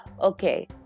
Okay